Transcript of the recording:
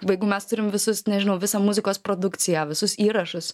va jeigu mes turim visus nežinau visą muzikos produkciją visus įrašus